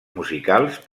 musicals